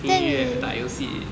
听音乐打游戏